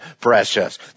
precious